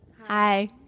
hi